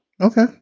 Okay